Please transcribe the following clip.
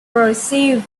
perceived